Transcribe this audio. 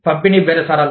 పంపిణీ బేరసారాలు